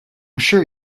sure